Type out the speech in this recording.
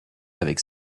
avec